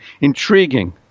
intriguing